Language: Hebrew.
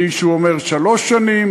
מישהו אומר שלוש שנים,